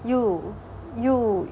又又